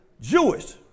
Jewish